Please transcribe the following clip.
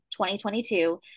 2022